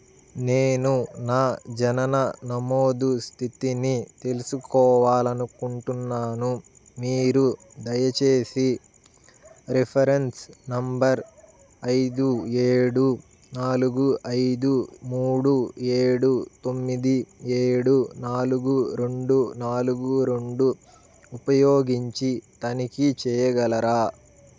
నేను నా జనన నమోదు స్థితిని తెలుసుకోవాలి అనుకుంటున్నాను మీరు దయచేసి రిఫరెన్స్ నెంబర్ ఐదు ఏడు నాలుగు ఐదు మూడు ఏడు తొమ్మిది ఏడు నాలుగు రెండు నాలుగు రెండు ఉపయోగించి తనిఖీ చేయగలరా